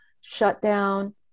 shutdown